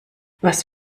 was